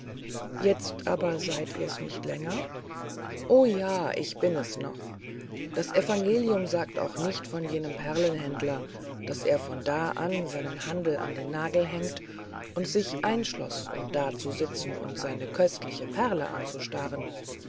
jetzt aber seid ihr's nicht länger o ja ich bin es noch das evangelium sagt auch nicht von jenem perlenhändler daß er von da an seinen handel an den nagel hängte und sich einschloß um dazusitzen und seine köstliche perle anzustarren